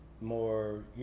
more